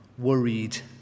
Worried